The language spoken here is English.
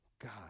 god